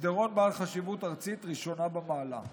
מסדרון בעל חשיבות ארצית ראשונה במעלה.